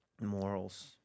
morals